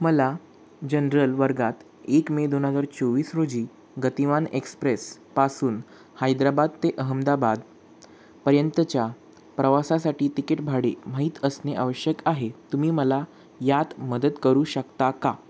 मला जनरल वर्गात एक मे दोन हजार चोवीस रोजी गतिवान एक्सप्रेसपासून हैदराबाद ते अहमदाबाद पर्यंतच्या प्रवासासाठी तिकीट भाडे माहीत असणे आवश्यक आहे तुम्ही मला यात मदत करू शकता का